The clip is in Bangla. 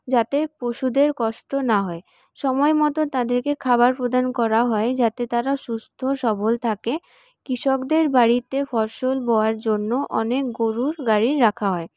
যাতে পশুদের কষ্ট না হয় সময় মতো তাদেরকে খাবার প্রদান করা হয় যাতে তারা সুস্থ সবল থাকে কৃষকদের বাড়িতে ফসল বওয়ার জন্য অনেক গরুর গাড়ি রাখা হয়